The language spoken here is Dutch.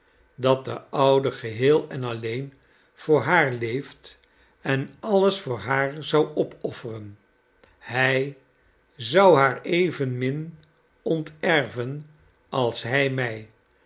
dat de oude geheel en alleen voor haar leeft en alles voor haar zou opofferen hij zou haar evcnmin onterven als hij mij